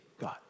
God